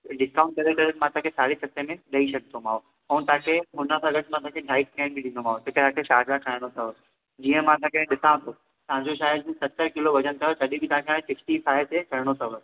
discount करे करे मां तांखे साढे सते में ॾई छ्ॾींदोमांव अऊं तांखे हुन सां गॾ मां तांखे ढाई स्टेंड बि डींदोमांव की तांखे छा छा खाइणु थव जिअं मां तांखे ॾिसातो तांजो शायदि सतर किलो वजन थव तॾहें बि तांखे सिक्टी फाइव ते करणु थव